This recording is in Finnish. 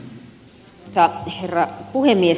arvoisa herra puhemies